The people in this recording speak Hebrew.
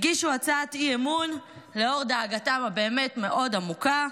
הגישו הצעת אי-אמון לאור דאגתם הבאמת-מאוד עמוקה,